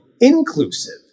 inclusive